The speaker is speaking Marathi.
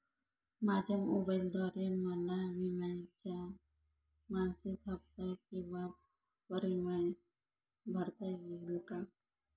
माझ्या मोबाईलद्वारे मला विम्याचा मासिक हफ्ता किंवा प्रीमियम भरता येईल का?